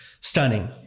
stunning